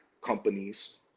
companies